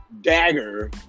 dagger